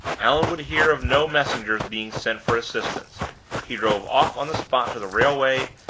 allan would hear of no messengers being sent for assistance he drove off on the spot to the railway,